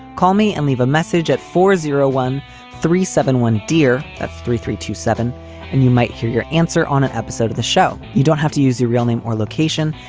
call me and leave a message at four zero one three seven one dear at three three two seven and you might hear your answer on an episode of the show. you don't have to use your real name or location,